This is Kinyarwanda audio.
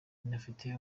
inafite